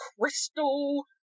crystal